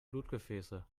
blutgefäße